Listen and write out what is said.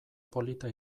polita